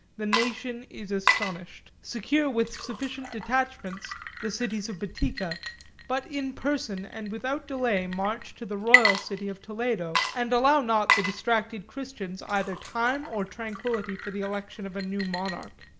the nation is astonished. secure with sufficient detachments the cities of boetica but in person and without delay, march to the royal city of toledo, and allow not the distracted christians either time or tranquillity for the election of a new monarch.